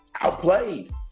outplayed